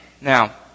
now